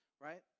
right